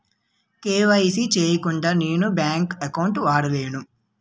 KYC చేయకుండా నేను bank account వాడుకొలేన?